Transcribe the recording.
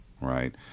Right